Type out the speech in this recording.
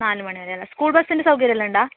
നാല് മണി വരെയല്ലേ സ്കൂൾ ബസിൻ്റെ സൗകര്യം എല്ലാം ഉണ്ടോ